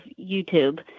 youtube